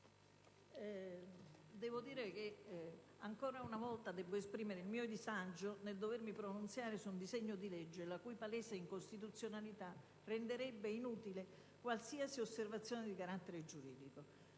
Presidente, ancora una volta debbo esprimere il mio disagio nel dovermi pronunciare su un disegno di legge la cui palese incostituzionalità renderebbe inutile qualsiasi osservazione di carattere giuridico.